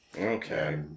Okay